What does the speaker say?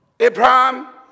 Abraham